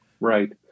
Right